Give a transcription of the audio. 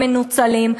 הם מנוצלים,